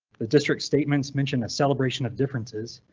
the district's statements mentioned a celebration of differences,